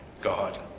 God